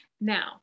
Now